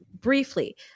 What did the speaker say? briefly